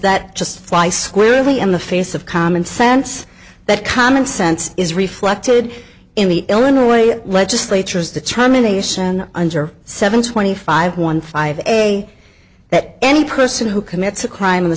that just fly squarely in the face of common sense but common sense is reflected in the illinois legislature is determination under seven twenty five one five a that any person who commits a crime in the